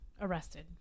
arrested